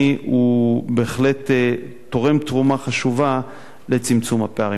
זה בהחלט תורם תרומה חשובה לצמצום הפערים בחברה.